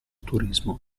turismo